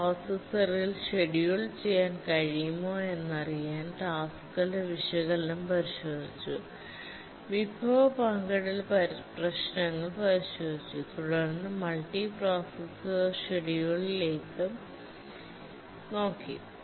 ഒരു പ്രോസസ്സറിൽ ഷെഡ്യൂൾ ചെയ്യാൻ കഴിയുമോയെന്നറിയാൻ ടാസ്ക്കുകളുടെ വിശകലനം പരിശോധിച്ചു വിഭവ പങ്കിടൽ പ്രശ്നങ്ങൾ പരിശോധിച്ചു തുടർന്ന് മൾട്ടിപ്രൊസസ്സർ ഷെഡ്യൂളിംഗിലേക്ക് നോക്കി